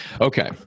Okay